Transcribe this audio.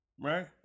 right